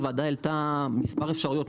הוועדה העלתה מספר אפשרויות,